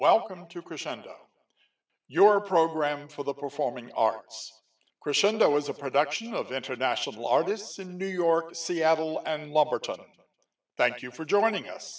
welcome to crescendo your program for the performing arts crescendo was a production of international artists in new york seattle and la thank you for joining us